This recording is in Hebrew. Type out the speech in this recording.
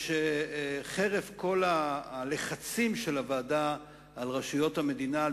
כי חרף כל הלחצים של הוועדה על רשויות המדינה,